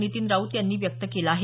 नितीन राऊत यांनी व्यक्त केला आहे